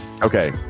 Okay